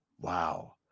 Wow